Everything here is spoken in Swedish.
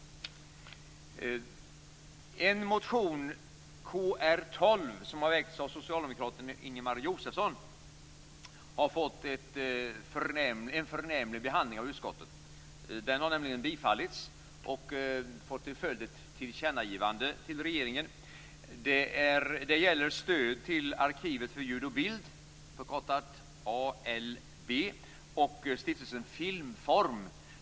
En motion, Kr12, som har väckts av socialdemokraten Ingemar Josefsson, har fått en förnämlig behandling av utskottet. Den har nämligen tillstyrkts och får ett tillkännagivande till regeringen till följd. Det gäller stöd till Arkivet för ljud och bild, ALB, och Stiftelsen Filmform.